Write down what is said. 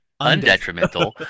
Undetrimental